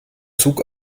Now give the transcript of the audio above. zug